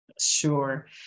Sure